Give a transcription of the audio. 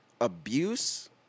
abuse